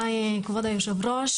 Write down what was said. כבוד היושב ראש.